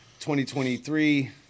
2023